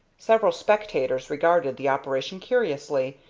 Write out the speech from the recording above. several spectators regarded the operation curiously,